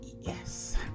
Yes